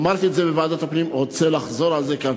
ואמרתי את זה בוועדת הפנים ואני רוצה לחזור על זה כאן: